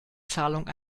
zahlung